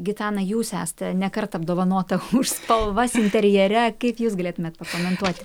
gitana jūs esate ne kartą apdovanota už spalvas interjere kaip jūs galėtumėt pakomentuoti